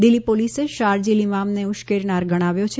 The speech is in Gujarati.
દિલ્ફી પોલીસે શારજીલ ઇમામને ઉશ્કેરનાર ગણાવ્યો છે